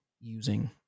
using